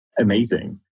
amazing